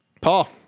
Paul